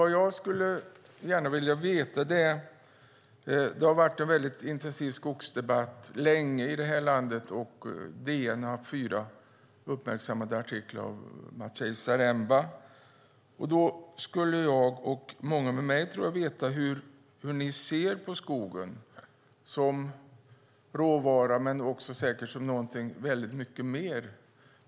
Det har länge förts en intensiv skogsdebatt i det här landet. DN har publicerat fyra uppmärksammade artiklar av Maciej Zaremba. Jag och säkert många med mig skulle vilja veta hur ni ser på skogen. Det är en råvara men också någonting mycket mer.